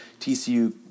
TCU